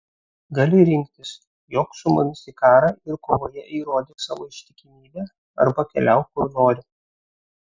gali rinktis jok su mumis į karą ir kovoje įrodyk savo ištikimybę arba keliauk kur nori